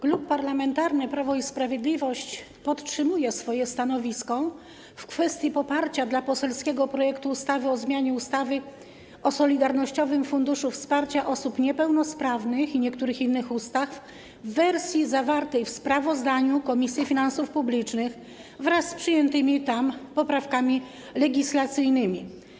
Klub Parlamentarny Prawo i Sprawiedliwość podtrzymuje swoje stanowisko w kwestii poparcia dla poselskiego projektu ustawy o zmianie ustawy o Solidarnościowym Funduszu Wsparcia Osób Niepełnosprawnych oraz niektórych innych ustaw w wersji zawartej w sprawozdaniu Komisji Finansów Publicznych, wraz z przyjętymi tam poprawkami legislacyjnymi.